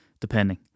depending